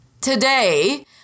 today